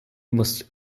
must